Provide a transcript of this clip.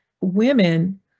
women